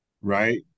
right